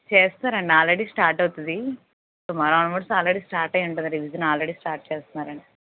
చేస్తారండి already start అవుతుంది tomorrow onwards already start అయి ఉంటుంది రివిజన్ ఆల్రెడీ స్టార్ట్ చేస్తున్నారు అండి